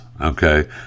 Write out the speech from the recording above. okay